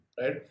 right